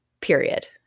period